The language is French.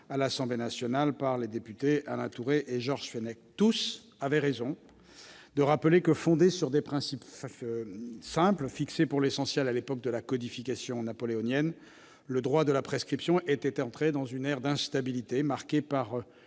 à l'Assemblée nationale par les députés Alain Tourret et Georges Fenech. Tous avaient raison de rappeler que, fondé sur des principes simples fixés pour l'essentiel à l'époque de la codification napoléonienne, le droit de la prescription était entré dans une ère d'instabilité marquée par